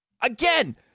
Again